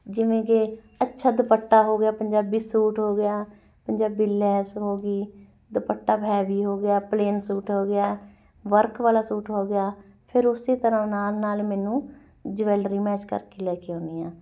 ਜਿਵੇਂ ਕਿ ਅੱਛਾ ਦੁਪੱਟਾ ਹੋ ਗਿਆ ਪੰਜਾਬੀ ਸੂਟ ਹੋ ਗਿਆ ਪੰਜਾਬੀ ਲੈਸ ਹੋ ਗਈ ਦੁਪੱਟਾ ਹੈਵੀ ਹੋ ਗਿਆ ਪਲੇਨ ਸੂਟ ਹੋ ਗਿਆ ਵਰਕ ਵਾਲਾ ਸੂਟ ਹੋ ਗਿਆ ਫਿਰ ਉਸ ਤਰ੍ਹਾਂ ਨਾਲ ਨਾਲ ਮੈਨੂੰ ਜਵੈਲਰੀ ਮੈਚ ਕਰਕੇ ਲੈ ਕੇ ਆਉਂਦੀ ਹਾਂ